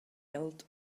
held